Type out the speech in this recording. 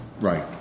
Right